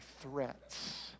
threats